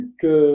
que